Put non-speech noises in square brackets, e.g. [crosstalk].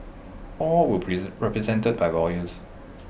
all were [noise] represented by lawyers